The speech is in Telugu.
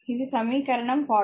ఇది సమీకరణం 42